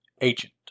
agent